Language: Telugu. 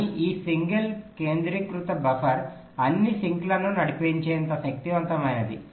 కానీ ఈ సింగిల్ కేంద్రీకృత బఫర్ అన్ని సింక్లను నడిపించేంత శక్తివంతమైనది